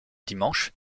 dimanche